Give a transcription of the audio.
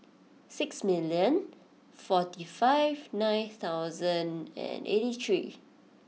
six million forty five nine thousand and eighty three